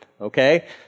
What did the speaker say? Okay